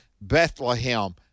Bethlehem